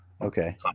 Okay